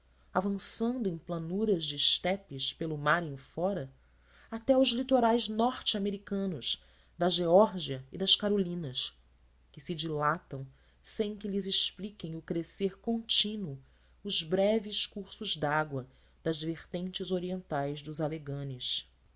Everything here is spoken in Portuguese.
avançando em planuras de estepes pelo mar em fora até aos litorais norte americanos da geórgia e das carolinas que se dilatam sem que lhes expliquem o crescer contínuo os breves cursos dágua das vertentes orientais dos aleganis